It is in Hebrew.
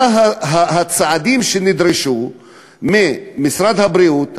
מה הצעדים שנדרשו ממשרד הבריאות,